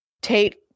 Tate